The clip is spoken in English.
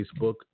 Facebook